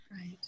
Right